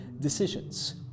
decisions